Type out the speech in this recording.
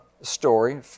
story